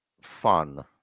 fun